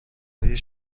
های